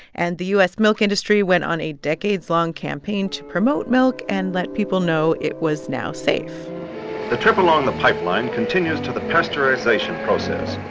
and the u s. milk industry went on a decades-long campaign to promote milk and let people know it was now safe the trip along the pipeline continues to the pasteurization process,